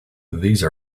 these